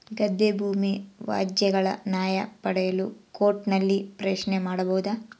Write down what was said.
ಗದ್ದೆ ಭೂಮಿ ವ್ಯಾಜ್ಯಗಳ ನ್ಯಾಯ ಪಡೆಯಲು ಕೋರ್ಟ್ ನಲ್ಲಿ ಪ್ರಶ್ನೆ ಮಾಡಬಹುದಾ?